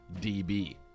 DB